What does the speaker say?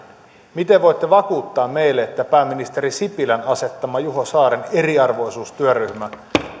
miten voitte vakuuttaa meille että pääministeri sipilän asettama juho saaren eriarvoisuustyöryhmä